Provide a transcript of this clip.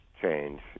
change